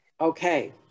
Okay